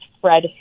Fred